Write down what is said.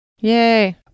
Yay